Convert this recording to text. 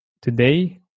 Today